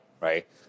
right